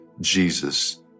Jesus